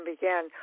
began